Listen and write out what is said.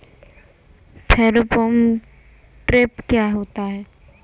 Pheromone trap क्या होता है?